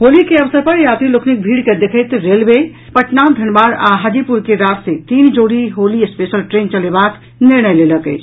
होली के असवर पर यात्री लोकनिक भीड़ के देखैत रेलवे पटना धनबाद आ हाजीपुर के रास्ते तीन जोड़ी होली स्पेशल ट्रेन चलेबाक निर्णय लेलक अछि